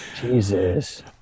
jesus